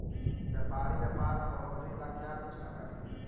व्यापारी व्यापार में बढ़ोतरी ला क्या कुछ न करथिन